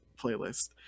playlist